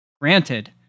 Granted